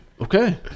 Okay